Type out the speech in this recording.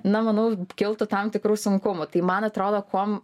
na manau kiltų tam tikrų sunkumų tai man atrodo kuom